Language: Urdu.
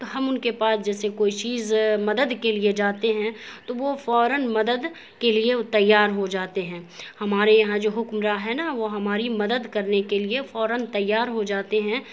تو ہم ان کے پاس جیسے کوئی چیز مدد کے لیے جاتے ہیں تو وہ فوراً مدد کے لیے تیار ہو جاتے ہیں ہمارے یہاں جو حکمراں ہیں نا وہ ہماری مدد کرنے کے لیے فوراً تیار ہو جاتے ہیں